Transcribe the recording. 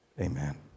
Amen